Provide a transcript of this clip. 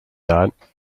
that